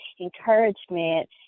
encouragement